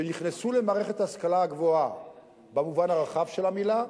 שנכנסו למערכת ההשכלה הגבוהה במובן הרחב של המלה.